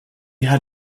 had